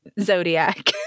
zodiac